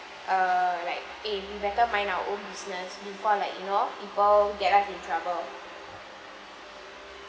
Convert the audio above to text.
err like eh we better mind our own before like you know people get like in trouble